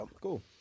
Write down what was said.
Cool